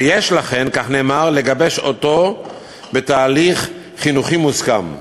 ולכן יש, כך נאמר, לגבש אותו בתהליך חינוכי מוסכם,